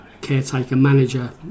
caretaker-manager